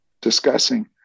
discussing